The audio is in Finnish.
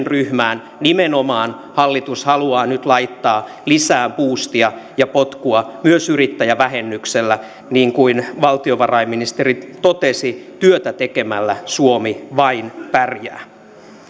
ryhmään nimenomaan hallitus haluaa nyt laittaa lisää buustia ja potkua myös yrittäjävähennyksellä niin kuin valtiovarainministeri totesi vain työtä tekemällä suomi pärjää